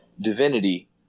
divinity